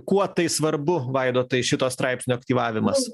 kuo tai svarbu vaidotai šito straipsnio aktyvavimas